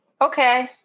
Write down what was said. okay